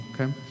okay